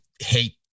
hate